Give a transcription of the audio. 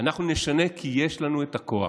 אנחנו נשנה כי יש לנו את הכוח.